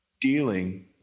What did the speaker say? dealing